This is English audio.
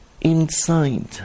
inside